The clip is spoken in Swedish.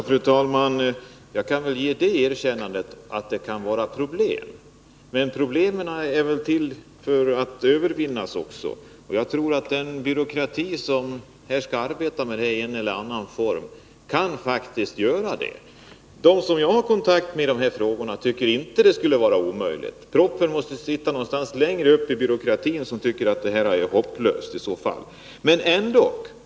Fru talman! Jag kan väl ge det erkännandet att det kan finnas problem, men problem är väl också till för att lösas. Jag tror att den byråkrati som finns på det här området kan göra det på ett eller annat sätt. De som jag har haft kontakt med i dessa frågor tycker inte att det skulle vara omöjligt. Proppen måste finnas längre upp i byråkratin. Det måste vara där man tycker att det här är hopplöst.